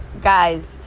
guys